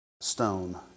stone